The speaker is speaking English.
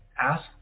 ask